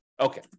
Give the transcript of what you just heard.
Okay